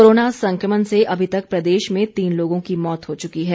corona संक्रमण से अभी तक प्रदेश में तीन लोगों की मौत हो चुकी है